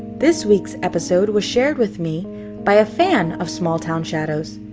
this weeks episode was shared with me by a fan of small town shadows.